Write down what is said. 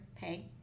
pay